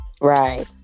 Right